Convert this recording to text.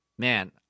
Man